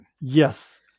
Yes